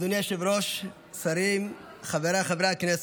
אדוני היושב-ראש, שרים, חבריי חברי הכנסת,